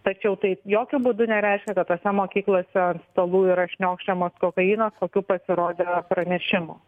tačiau tai jokiu būdu nereiškia kad tose mokyklose ant stalų yra šniokščiamas kokainas kokių pasirodė pranešimų